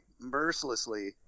mercilessly